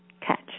catch